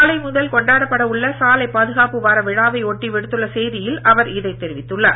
நாளை முதல் கொண்டாடப்பட உள்ள சாலை பாதுகாப்பு வார விழாவை ஒட்டி விடுத்துள்ள செய்தியில் அவர் இதை தெரிவித்துள்ளார்